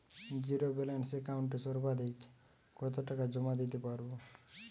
Zero balance একাউন্টে সর্বাধিক কত টাকা জমা দিতে পারব?